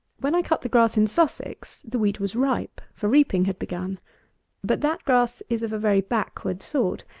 when i cut the grass in sussex, the wheat was ripe, for reaping had begun but that grass is of a very backward sort,